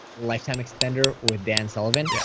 lifetime extender with dan sullivan, yeah